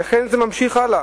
וכך זה ממשיך הלאה,